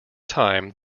time